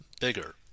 Bigger